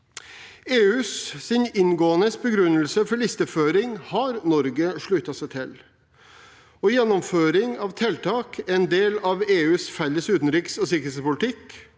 EUs inngående begrunnelse for listeføring har Norge sluttet seg til. Gjennomføring av tiltak er en del av EUs felles utenriks- og sikkerhetspolitikk.